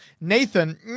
Nathan